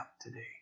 today